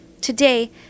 Today